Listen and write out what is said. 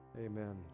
Amen